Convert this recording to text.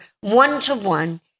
one-to-one